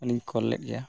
ᱦᱚᱸ ᱞᱤᱧ ᱠᱚᱞ ᱞᱮᱫ ᱜᱮᱭᱟ